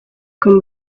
come